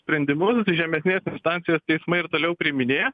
sprendimus žemesnės instancijos teismai ir toliau priiminėja